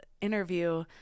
interview